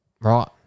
Right